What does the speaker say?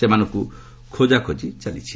ସେମାନଙ୍କୁ ଖୋଜାଖୋଜି ଚାଲିଛି